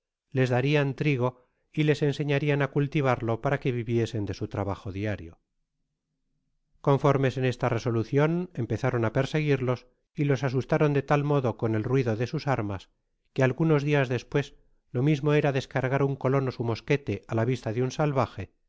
les darian trigo y les enseñarian á cultivarlo para que viviesen de su trabajo diario conformes en esta resolucion empezaron á perseguirlos y los asustaron de tal modo con el ruido de sus armas que'algunos dias despues lo mismo era descargar un colono su mosquete á la vista de un salvaje el